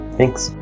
Thanks